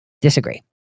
disagree